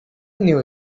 knew